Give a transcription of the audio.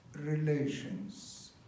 relations